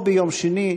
או ביום שני,